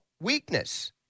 Weakness